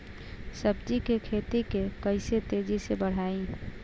सब्जी के खेती के कइसे तेजी से बढ़ाई?